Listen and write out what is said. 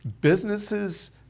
businesses